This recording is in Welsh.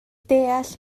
deall